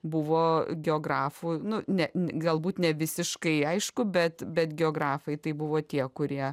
buvo geografų nu ne galbūt nevisiškai aišku bet bet geografai tai buvo tie kurie